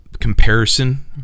comparison